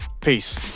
Peace